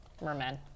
Mermen